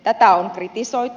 tätä on kritisoitu